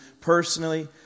Personally